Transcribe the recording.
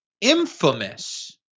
infamous